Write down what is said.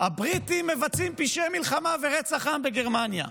הבריטים מבצעים פשעי מלחמה ורצח עם בגרמניה.